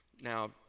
Now